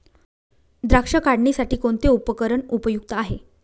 द्राक्ष काढणीसाठी कोणते उपकरण उपयुक्त आहे?